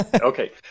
Okay